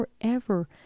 forever